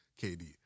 KD